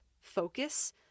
focus